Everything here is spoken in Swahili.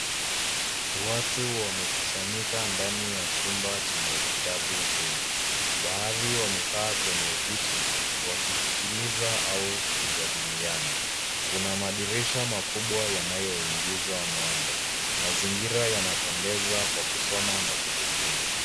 Watu wamekusanyika ndani ya chumba chenye vitabu vingi. Baadhi wamekaa kwenye viti wakisikiliza au kujadiliana. Kuna madirisha makubwa yanayo ingiza mwanga. Mazingira yanapendeza kwa kusoma na kujifunza.